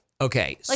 Okay